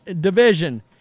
division